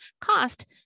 cost